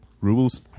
Rubles